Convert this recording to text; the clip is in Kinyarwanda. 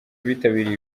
abitabiriye